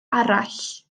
arall